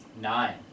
Nine